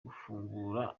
gufungura